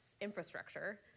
infrastructure